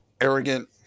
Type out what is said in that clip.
arrogant